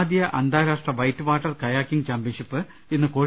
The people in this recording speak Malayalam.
ആദ്യ അന്താരാഷ്ട്ര white water kayaking championship ഇന്ന് കോഴി